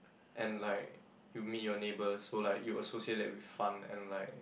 and like you meet your neighbors who like you associate that with fun and like